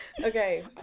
Okay